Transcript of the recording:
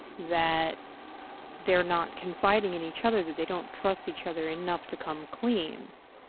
that they're not confiding in each other that they don't trust each other enough to come clean.